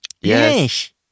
Yes